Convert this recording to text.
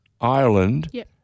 Ireland